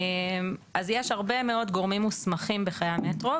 אז יש הרבה מאוד גורמים מוסמכים בחיי המטרו,